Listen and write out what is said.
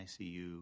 ICU